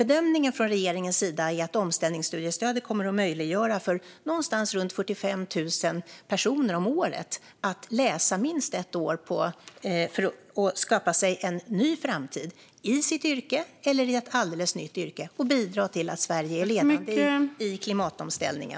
Bedömningen från regeringens sida är att omställningsstudiestödet kommer att möjliggöra för någonstans runt 45 000 personer om året att läsa minst ett år för att skapa sig en ny framtid, i sitt yrke eller i ett alldeles nytt yrke, och bidra till att Sverige är ledande i klimatomställningen.